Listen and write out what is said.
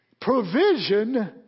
Provision